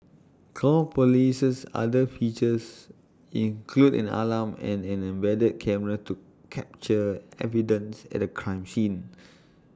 call police's other features include an alarm and an embedded camera to capture evidence at A crime scene